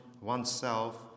oneself